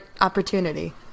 opportunity